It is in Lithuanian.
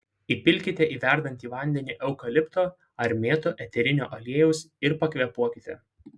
įpilkite į verdantį vandenį eukalipto ar mėtų eterinio aliejaus ir pakvėpuokite